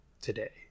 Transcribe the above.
today